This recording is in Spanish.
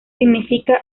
significa